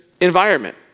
environment